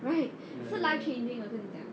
right 是 life changing 的跟你讲